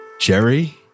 jerry